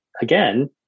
again